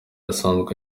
asanzwe